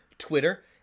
Twitter